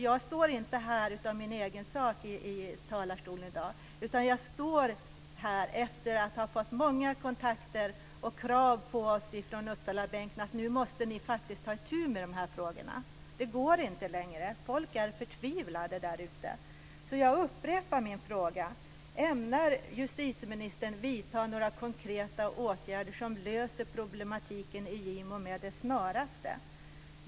Jag står inte i talarstolen i min egen sak, utan jag står här efter att ha haft många kontakter och efter krav på oss i Uppsalabänken på att vi nu måste ta itu med de här frågorna. Det går inte längre. Folk är förtvivlade där ute. Gimo med det snaraste?